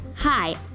Hi